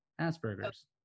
Asperger's